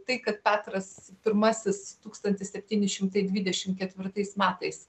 tai kad petras pirmasis tūkstantis septyni šimtai dvidešimt ketvirtais metais